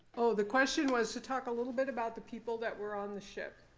oh, the question was to talk a little bit about the people that were on the ship.